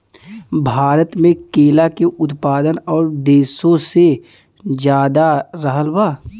भारत मे केला के उत्पादन और देशो से ज्यादा रहल बा